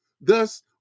Thus